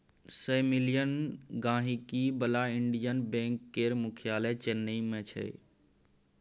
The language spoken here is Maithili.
सय मिलियन गांहिकी बला इंडियन बैंक केर मुख्यालय चेन्नई मे छै